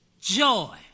joy